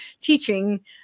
teaching